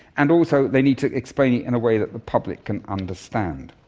and also they need to explain it in a way that the public can understand.